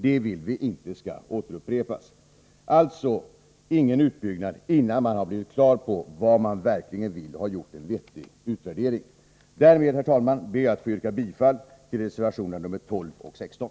Vi vill inte att det skall upprepas. Alltså: Ingen utbyggnad innan man blir på det klara med vad man verkligen vill och har gjort en vettig utvärdering. Därmed, herr talman, ber jag att få yrka bifall till reservationerna 12 och 16.